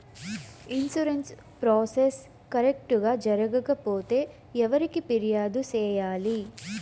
insurance process correct గా జరగకపోతే ఎవరికి ఫిర్యాదు సేయాలి